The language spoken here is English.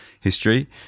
history